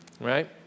right